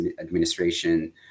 administration